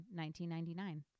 1999